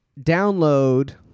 download